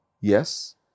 Yes